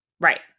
Right